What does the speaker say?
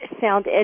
sound